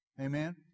Amen